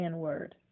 N-word